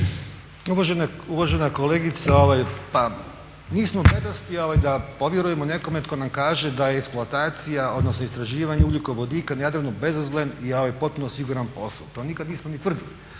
Uvažena kolegice, pa nismo bedasti da povjerujemo nekome tko nam kaže da je eksploatacija odnosno istraživanje ugljikovodika na Jadranu bezazlen i potpuno siguran posao, to nikad nismo ni tvrdili.